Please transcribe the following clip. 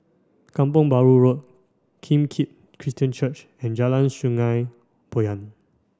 Kampong Bahru Road Kim Keat Christian Church and Jalan Sungei Poyan